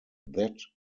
that